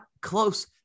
close